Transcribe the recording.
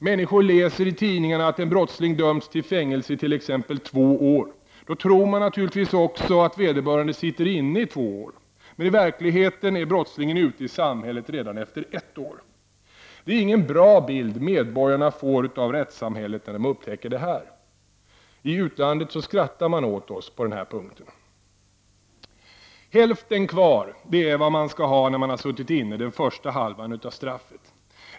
Människor läser i tidningarna att en brottsling dömts till fängelse i t.ex. två år. Men i verkligheten är brottslingen ute i samhället redan efter ett år. Det är ingen bra bild medborgarna får av rättssamhället när de upptäcker detta. I utlandet skrattar man åt oss på den här punkten. ''Hälften kvar'' -- det är vad man skall ha när man har suttit inne den första halvan av straffet!